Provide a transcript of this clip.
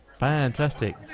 Fantastic